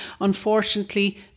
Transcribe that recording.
unfortunately